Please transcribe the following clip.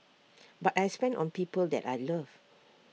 but I spend on people that I love